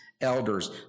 Elders